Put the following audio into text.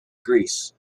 greece